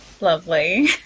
lovely